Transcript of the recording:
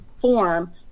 form